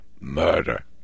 murder